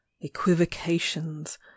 equivocations